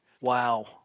Wow